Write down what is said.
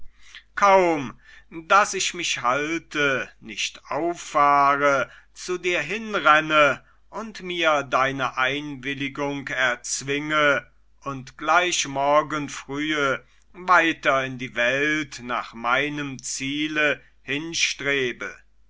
kaum daß ich mich halte nicht auffahre zu dir hinrenne und mir deine einwilligung erzwinge und gleich morgen frühe weiter in die welt nach meinem ziele hinstrebe